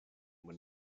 when